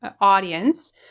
audience